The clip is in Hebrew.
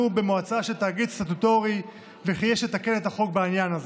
במועצה של תאגיד סטטוטורי וכי יש לתקן את החוק בעניין הזה.